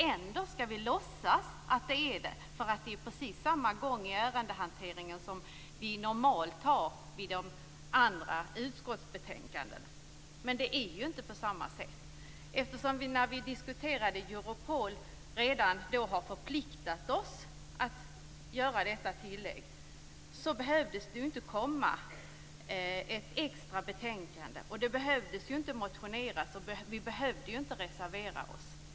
Ändå skall vi låtsas att det finns det, för det är precis samma gång i ärendehanteringen som vi normalt har i de andra utskottsbetänkandena. Men det är inte på samma sätt. När vi diskuterat Europol har vi redan förpliktat oss att göra detta tilllägg. Det behöver inte komma ett extra betänkande. Det behöver inte motioneras. Vi behöver inte reservera oss.